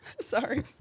Sorry